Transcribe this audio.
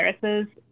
viruses